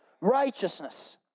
Righteousness